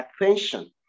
attention